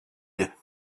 you